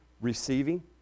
receiving